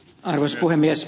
arvoisa puhemies